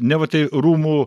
neva tai rūmų